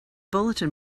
bulletin